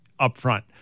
upfront